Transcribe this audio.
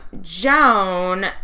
Joan